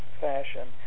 fashion